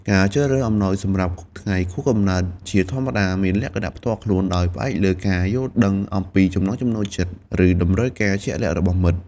ការជ្រើសរើសអំណោយសម្រាប់ថ្ងៃខួបកំណើតជាធម្មតាមានលក្ខណៈផ្ទាល់ខ្លួន ដោយផ្អែកលើការយល់ដឹងពីចំណង់ចំណូលចិត្ត ឬតម្រូវការជាក់លាក់របស់មិត្ត។